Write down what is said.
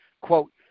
quote